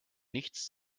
nichts